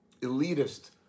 elitist